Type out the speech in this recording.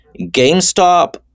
GameStop